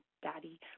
Daddy